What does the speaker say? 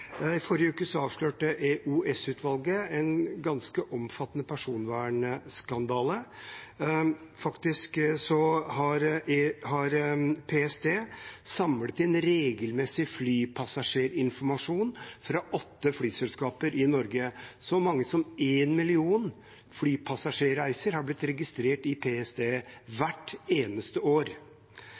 I forrige uke avslørte EOS-utvalget en ganske omfattende personvernskandale. Faktisk har PST regelmessig samlet inn flypassasjerinformasjon fra åtte flyselskaper i Norge. Så mange som 1 million flypassasjerreiser har blitt registrert i PST hvert eneste år.